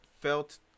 felt